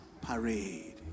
parade